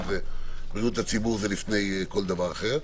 כי בריאות הציבור זה לפני כל דבר אחר.